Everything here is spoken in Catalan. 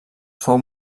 fou